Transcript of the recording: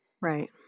right